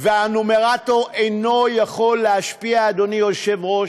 והנומרטור אינו יכול להשפיע, אדוני היושב-ראש,